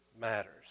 matters